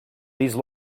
these